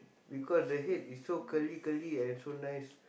because the head is so curly curly and so nice